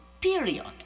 period